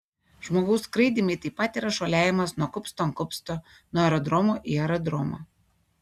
žmogaus skraidymai taip pat yra šuoliavimas nuo kupsto ant kupsto nuo aerodromo į aerodromą